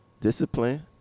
Discipline